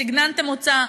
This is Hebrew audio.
סגננתם אותה,